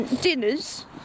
Dinners